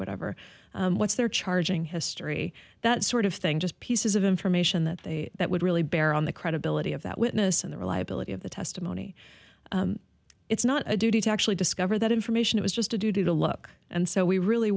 whatever what's their charging history that sort of thing just pieces of information that they that would really bear on the credibility of that witness and the reliability of the testimony it's not a duty to actually discover that information it was just a duty to look and so we really